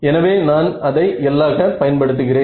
எனவே நான் அதை l ஆக பயன் படுத்துகிறேன்